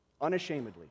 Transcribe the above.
Unashamedly